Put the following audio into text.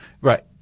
Right